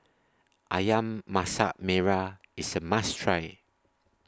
Ayam Masak Merah IS A must Try